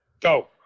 Go